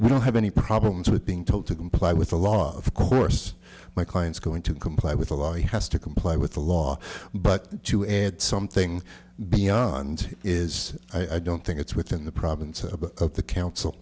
we don't have any problems with being told to comply with the law of course my clients going to comply with the law he has to comply with the law but to add something beyond is i don't think it's within the province of the council